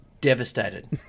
Devastated